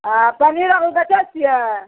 हँ पनीर आओर बेचै छिए